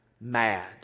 MAD